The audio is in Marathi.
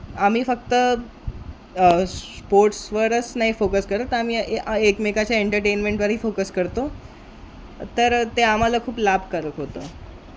आम्ही फक्त स्पोर्ट्सवरच नाही फोकस करत तर आम्ही एकमेकांच्या एंटरटेनमेंटवरही फोकस करतो तर ते आम्हाला खूप लाभकारक होतं